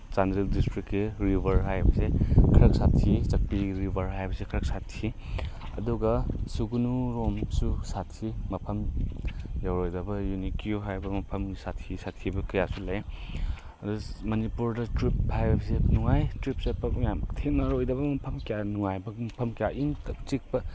ꯆꯥꯟꯗꯦꯜ ꯗꯤꯁꯇ꯭ꯔꯤꯛꯀꯤ ꯔꯤꯚꯔ ꯍꯥꯏꯕꯁꯦ ꯈꯔ ꯁꯥꯊꯤ ꯆꯞꯄꯤ ꯔꯤꯚꯔ ꯍꯥꯏꯕꯁꯦ ꯈꯔ ꯁꯥꯊꯤ ꯑꯗꯨꯒ ꯁꯨꯒꯨꯅꯨ ꯔꯣꯝꯁꯨ ꯁꯥꯊꯤ ꯃꯐꯝ ꯌꯧꯔꯣꯏꯗꯕ ꯌꯨꯅꯤꯀ꯭ꯌꯨ ꯍꯥꯏꯕ ꯃꯐꯝ ꯁꯥꯊꯤ ꯁꯥꯊꯤꯕ ꯀꯌꯥꯁꯨ ꯂꯩ ꯑꯗꯨ ꯃꯅꯤꯄꯨꯔꯗ ꯇ꯭ꯔꯤꯞ ꯍꯥꯏꯕꯁꯦ ꯅꯨꯡꯉꯥꯏ ꯇ꯭ꯔꯤꯞ ꯆꯠꯄ ꯌꯥꯝ ꯊꯦꯡꯅꯔꯣꯏꯗꯕ ꯃꯐꯝ ꯀꯌꯥ ꯅꯨꯡꯉꯥꯏꯕ ꯃꯐꯝ ꯀꯌꯥ ꯏꯪ ꯆꯤꯛꯄ